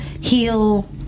heal